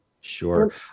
Sure